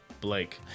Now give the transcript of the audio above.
Blake